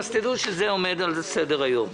אז דעו שזה עומד על סדר היום.